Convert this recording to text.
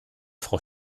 frau